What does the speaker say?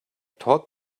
taught